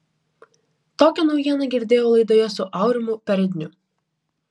tokią naujieną girdėjau laidoje su aurimu peredniu